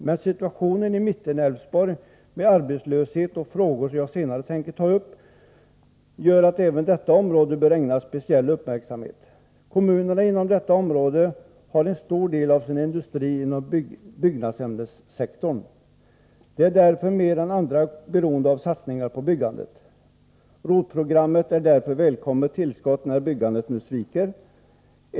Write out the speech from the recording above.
Men situationen i mellersta Älvsborg, med arbetslöshet och frågor som jag senare tänker ta upp, gör att även detta område bör ägnas en speciell uppmärksamhet. Kommunerna inom detta område har en stor del av sin industri inom byggnadsämnessektorn. De är därför mer än andra beroende av satsningar på byggandet. ROT-programmet är ett välkommet tillskott när nybyggandet nu viker.